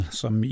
som